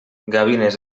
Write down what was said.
gavines